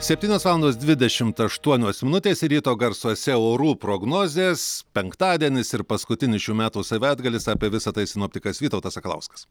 septynios valandos dvidešimt aštuonios minutės ryto garsuose orų prognozės penktadienis ir paskutinis šių metų savaitgalis apie visa tai sinoptikas vytautas sakalauskas